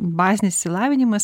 bazinis išsilavinimas